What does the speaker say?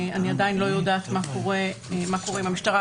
אני עדיין לא יודעת מה קורה עם המשטרה,